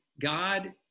God